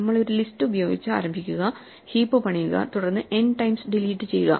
നമ്മൾ ഒരു ലിസ്റ്റ് ഉപയോഗിച്ച് ആരംഭിക്കുക ഹീപ്പ് പണിയുക തുടർന്ന് n ടൈംസ് ഡിലീറ്റ് ചെയ്യുക